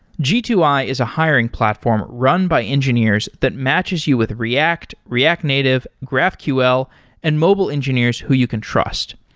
g two i is a hiring platform run by engineers that matches you with react, react native, graphql and mobile engineers who you can trust.